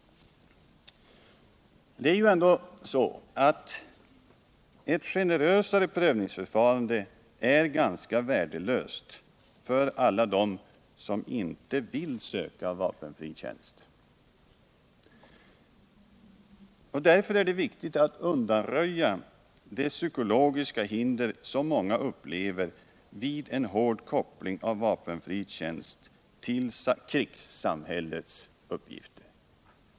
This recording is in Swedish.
Det är ändå så, att ett generösare prövningsförfarande är ganska värdelöst för alla dem som inte vill söka vapenfri tjänst. Därför är det viktigt att undanröja de psykologiska hinder som många upplever vid en hård koppling av vapenfri tjänst till ett krigssamhälles uppgifter.